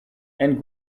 and